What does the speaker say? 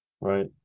Right